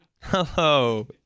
Hello